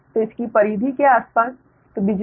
तो इसकी परिधि के आसपास तो बिजली